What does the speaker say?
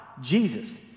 Jesus